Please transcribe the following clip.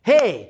Hey